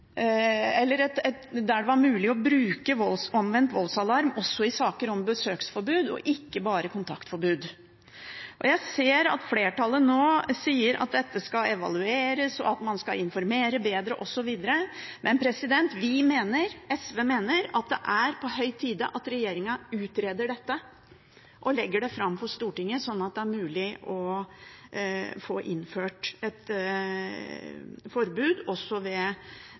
det var mulig å bruke omvendt voldsalarm også i saker om besøksforbud og ikke bare i saker om kontaktforbud. Jeg ser at flertallet nå sier at dette skal evalueres, at man skal informere bedre, osv., men SV mener at det er på høy tid at regjeringen utreder dette og legger det fram for Stortinget sånn at det er mulig å innføre omvendt voldsalarm også i saker om besøksforbud. Derfor fremmer vi i dag et